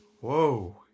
Whoa